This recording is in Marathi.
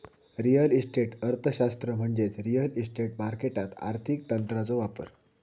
रिअल इस्टेट अर्थशास्त्र म्हणजे रिअल इस्टेट मार्केटात आर्थिक तंत्रांचो वापर